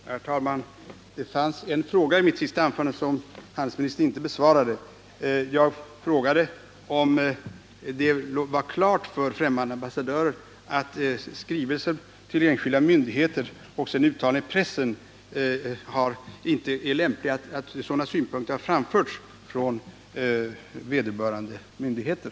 Herr talman! Det fanns en fråga i mitt senaste anförande, som handelsministern inte besvarade. Jag frågade om det var klart för främmande ambassadörer att skrivelser till enskilda myndigheter och åtföljande uttalanden i pressen inte är lämpliga samt huruvida synpunkter därom har framförts från vederbörande myndigheter.